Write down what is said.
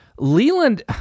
Leland